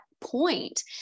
point